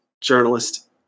journalist